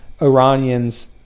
iranians